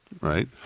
right